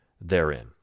therein